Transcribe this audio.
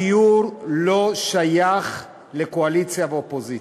הדיור לא שייך לקואליציה ואופוזיציה,